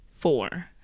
Four